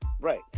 Right